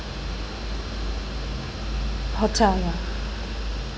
hotel ya